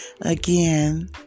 again